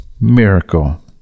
miracle